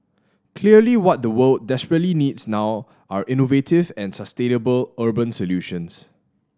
clearly what the world desperately needs now are innovative and sustainable urban solutions